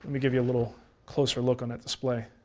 me give you a little closer look on that display.